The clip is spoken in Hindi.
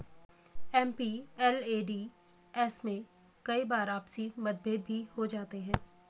एम.पी.एल.ए.डी.एस में कई बार आपसी मतभेद भी हो जाते हैं